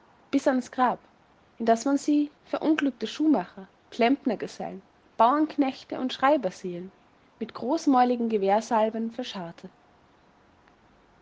bis ans grab in das man sie verunglückte schuhmacher klempnergesellen bauernknechte und schreiberseelen mit großmäuligen gewehrsalven verscharrte